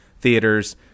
theaters